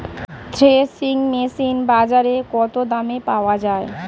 Threshing machine বাজারে কত দামে পাওয়া যায়?